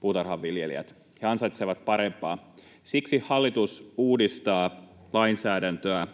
puutarhaviljelijät ansaitsevat parempaa. Siksi hallitus uudistaa lainsäädäntöä